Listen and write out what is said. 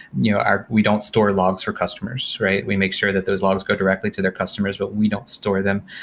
you know we don't store logs for customers, right? we make sure that those laws go directly to their customers, but we don't store them.